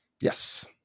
yes